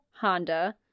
Honda